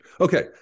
Okay